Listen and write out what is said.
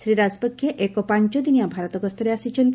ଶ୍ରୀ ରାଜପକ୍ଷ ଏକ ପାଞ୍ଚଦିନିଆ ଭାରତ ଗସ୍ତରେ ଆସିଛନ୍ତି